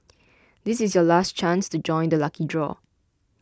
this is your last chance to join the lucky draw